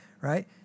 Right